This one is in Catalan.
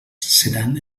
seran